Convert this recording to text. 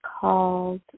called